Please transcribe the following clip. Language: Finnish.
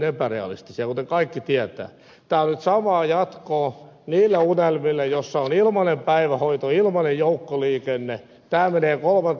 tämä on nyt samaa jatkoa niille unelmille joissa on ilmainen päivähoito ilmainen joukkoliikenne tämä menee kolmantena niihin